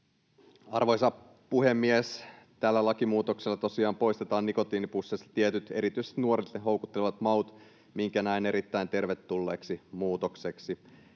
Arvoisa puhemies! Tällä lakimuutoksella tosiaan poistetaan nikotiinipusseista tietyt, erityisesti nuoria houkuttelevat maut, minkä näen erittäin tervetulleeksi muutokseksi.